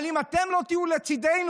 אם אתם לא תהיו לצידנו,